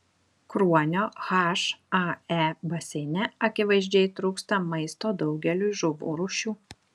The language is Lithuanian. kruonio hae baseine akivaizdžiai trūksta maisto daugeliui žuvų rūšių